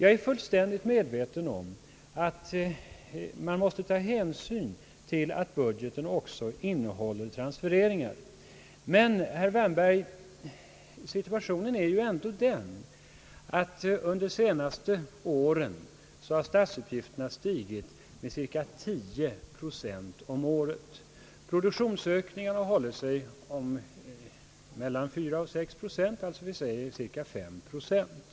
Jag är fullständigt medveten om att man måste ta hänsyn till att budgeten också innehåller sådana transfereringar, men situationen är ju i alla fall den, herr Wärnberg, att statsutgifterna under den senaste tiden har stigit med cirka 10 procent om året samtidigt som produktionsökningen har hållit sig mellan 4 och 6 procent; vi kan säga vid ungefär 5 procent.